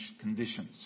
conditions